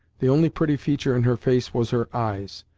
the only pretty feature in her face was her eyes,